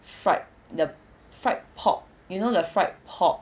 fried the fried pork you know the fried pork